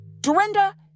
Dorinda